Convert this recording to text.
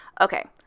okay